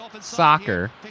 soccer